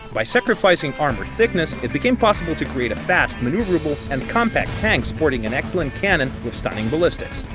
by sacrificing armor thickness, it became possible to create a fast, maneuverable and compact tank sporting an excellent cannon with stunning ballistics.